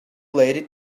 late